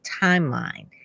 timeline